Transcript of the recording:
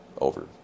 over